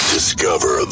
Discover